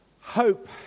hope